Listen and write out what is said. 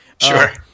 Sure